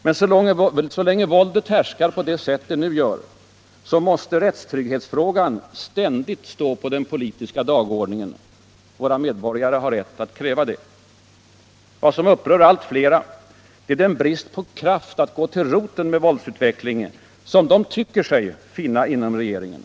Men så länge våldet härskar på det sätt som nu sker, måste rättstrygghetsfrågan ständigt stå på den politiska dagordningen. Våra medborgare har rätt att kräva detta. Vad som upprör allt fler är den brist på målmedvetenhet och kraft att gå till roten med våldsutvecklingen som medborgarna tycker sig finna inom regeringen.